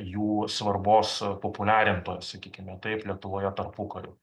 jų svarbos populiarintoja sakykime taip lietuvoje tarpukariu